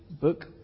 book